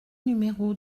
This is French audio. numéro